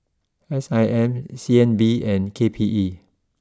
S I M C N B and K P E